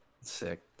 Sick